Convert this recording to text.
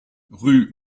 rue